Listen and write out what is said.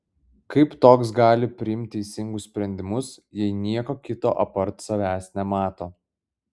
kaip toks gali priimt teisingus sprendimus jei nieko kito apart savęs nemato